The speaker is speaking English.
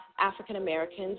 African-Americans